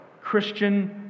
Christian